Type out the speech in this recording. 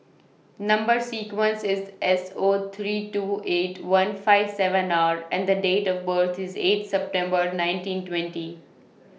Number sequence IS S O three two eight one five seven R and The Date of birth IS eight September nineteen twenty